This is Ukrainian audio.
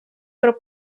про